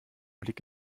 blick